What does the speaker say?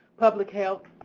public health,